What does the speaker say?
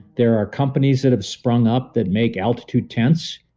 there are companies that have sprung up that make altitude tents.